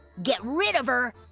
get rid of her.